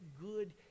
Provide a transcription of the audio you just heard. good